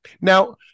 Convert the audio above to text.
Now